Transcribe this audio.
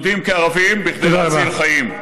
יהודים כערבים, כדי להציל חיים.